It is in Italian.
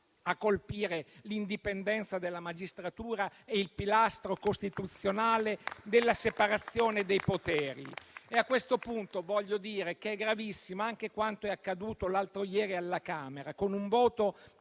a colpire l'indipendenza della magistratura e il pilastro costituzionale della separazione dei poteri. A questo punto voglio dire che è gravissimo anche quanto è accaduto l'altro ieri alla Camera, con un voto